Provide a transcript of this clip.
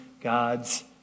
God's